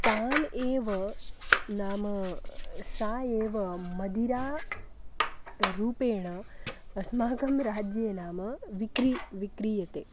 ताम् एव नाम सा एव मदिरारूपेण अस्माकं राज्ये नाम विक्रि विक्रीयते